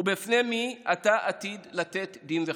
ובפני מי אתה עתיד לתת דין וחשבון.